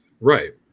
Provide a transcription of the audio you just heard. Right